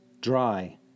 dry